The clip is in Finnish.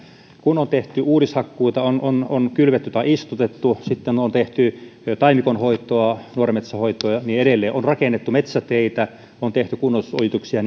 kun on tehty uudishakkuita on on kylvetty tai istutettu sitten on tehty taimikon hoitoa nuoren metsän hoitoa ja niin edelleen on rakennettu metsäteitä on tehty kunnostusojituksia